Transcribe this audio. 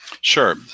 Sure